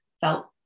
felt